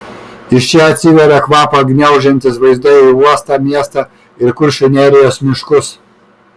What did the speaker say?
iš čia atsiveria kvapą gniaužiantys vaizdai į uostą miestą ir kuršių nerijos miškus